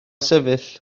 sefyll